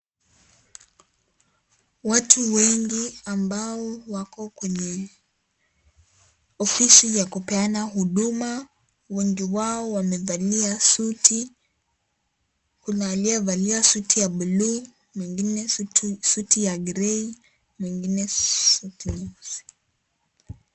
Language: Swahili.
Watu wengi ambao wako kwenye ofisi ya kupeana huduma. Wengi wao wamevalia suti. Kuna aliyevalia suti ya blue , mwingine suti ya grey , mwingine suti nyeusi.